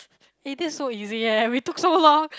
eh that's so easy eh we took so long